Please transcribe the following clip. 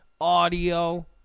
audio